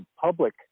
public